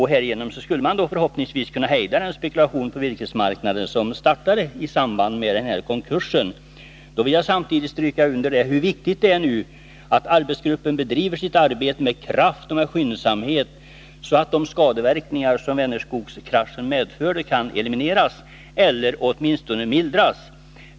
Härigenom skulle man förhoppningsvis kunna hejda den spekulation på virkesmarknaden som startade i samband med denna konkurs. Jag vill samtidigt stryka under att det är viktigt att arbetsgruppen bedriver sitt arbete med kraft och skyndsamhet, så att de skadeverkningar som Vänerskogskraschen medförde kan elimineras eller åtminstone mildras.